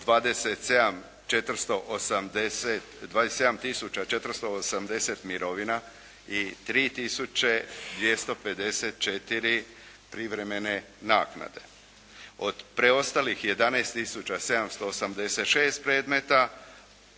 480 mirovina i 3 tisuće 254 privremene naknade. Od preostalih 11 tisuća 786 predmeta